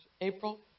April